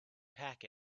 pack